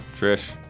Trish